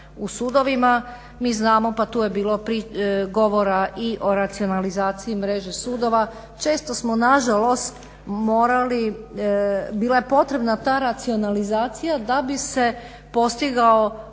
u sudovima. Mi znamo pa tu je bilo govora i o racionalizaciji mreže sudova. Često smo nažalost morali, bila je potrebna ta racionalizacija da bi se postigla